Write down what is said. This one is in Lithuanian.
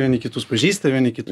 vieni kitus pažįsta vieni kitus